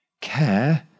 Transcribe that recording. Care